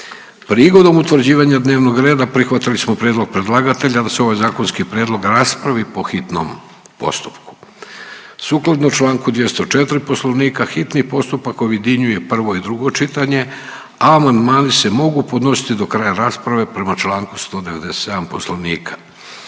Prigodom utvrđivanja dnevnog reda prihvatili smo prijedlog predlagatelja da se ovaj zakonski prijedlog raspravi po hitnom postupku. Sukladno članku 204. Poslovnika hitni postupak objedinjuje prvo i drugo čitanje, a amandmani se mogu podnositi do kraj rasprave prema članku 197. Poslovnika.